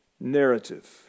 narrative